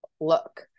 look